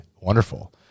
wonderful